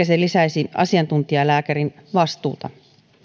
se lisäisi asiantuntijalääkärin vastuuta